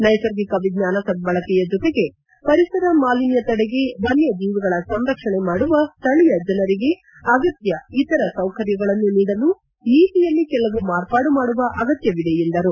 ನೈರ್ಗಿಕ ವಿಜ್ಞಾನ ಸದ್ದಳೆಯ ಜೊತೆಗೆ ಪರಿಸರ ಮಾಲಿನ್ಕ ತಡೆಗೆ ವನ್ನ ಜೀವಿಗಳ ಸಂರಕ್ಷಣೆ ಮಾಡುವ ಸ್ಥಳೀಯ ಜನರಿಗೆ ಆಗತ್ತ ಇತರ ಸೌಕರ್ಯಗಳನ್ನು ನೀಡಲು ನೀತಿಯಲ್ಲಿ ಕೆಲವು ಮಾರ್ಪಡು ಮಾಡುವ ಅಗತ್ಯವಿದೆ ಎಂದರು